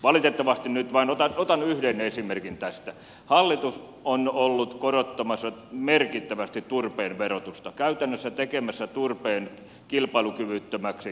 valitettavasti nyt vain otan yhden esimerkin tästä hallitus on ollut korottamassa merkittävästi turpeen verotusta käytännössä tekemässä turpeen kilpailukyvyttömäksi korkealla verotuksella